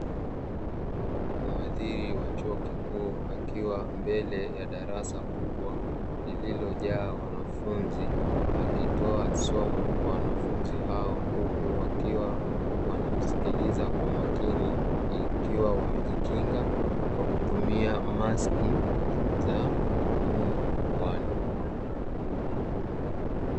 Mhadhiri wa chuo kikuu akiwa mbele ya darasa kubwa lililojaa wanafunzi, akitoa somo kwa wanafunzi hao huku wakiwa wanamsikiliza kwa makini, ikiwa wamejikinga kwa kutumia maski za mdomoni na puani.